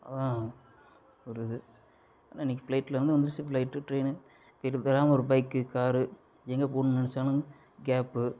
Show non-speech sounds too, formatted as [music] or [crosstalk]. அதான் ஒரு இது அன்னைக்கு ஃப்ளைட் [unintelligible] வந்துடுச்சு ஃப்ளைட்டு ட்ரெயின்னு வீட்டுக்கு தேவையானது ஒரு பைக்கு காரு எங்கே போவணும்னு நினைச்சாலும் கேப்பு